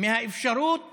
מהאפשרות